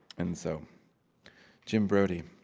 and so jim brodey